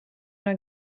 una